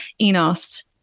Enos